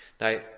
Now